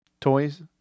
toys